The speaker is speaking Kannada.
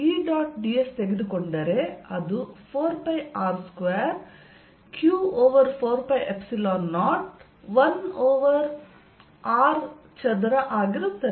ds ತೆಗೆದುಕೊಂಡರೆ ಅದು 4πr2 q over 4π0 1 over r ಚದರ ಆಗಿರುತ್ತದೆ